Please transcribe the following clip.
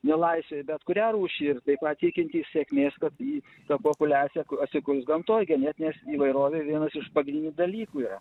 nelaisvėje bet kurią rūšį ir tai pat tikintis sėkmės kad į tą populiaciją atsikurs gamtoj genetinė įvairovė vienas iš pagrindinių dalykų yra